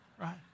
Right